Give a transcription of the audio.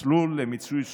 מסלול למיצוי זכויות,